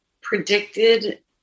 predicted